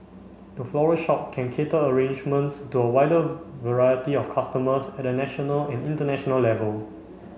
the floral shop can cater arrangements to a wider variety of customers at a national and international level